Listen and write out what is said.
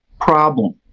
problem